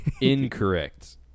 Incorrect